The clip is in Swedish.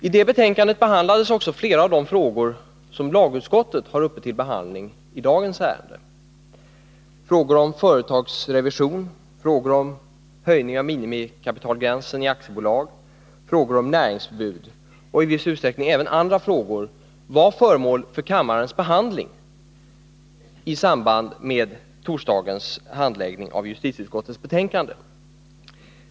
I det betänkandet ingick flera av de frågor som lagutskottet har uppe till diskussion i dagens ärende, nämligen frågan om företagsrevision, om höjning av minimikapitalgränsen i aktiebolag, om näringsförbud och i viss utsträckning även andra frågor. Dessa var alltså föremål för kammarens behandling i samband med torsdagens handläggning av justitieutskottets betänkande.